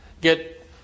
Get